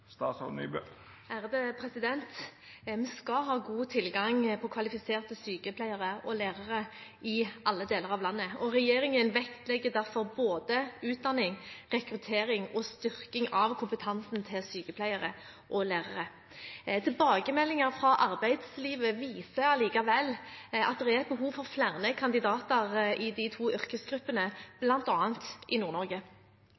Vi skal ha god tilgang på kvalifiserte sykepleiere og lærere i alle deler av landet. Regjeringen vektlegger derfor både utdanning av, rekruttering av og styrking av kompetansen til sykepleiere og lærere. Tilbakemeldinger fra arbeidslivet viser likevel at det er behov for flere kandidater i de to yrkesgruppene,